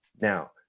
now